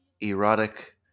erotic